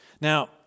Now